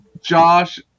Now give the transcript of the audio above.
Josh